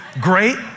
Great